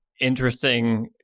interesting